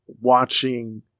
watching